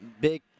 big